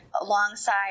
alongside